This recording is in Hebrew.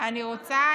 אני רוצה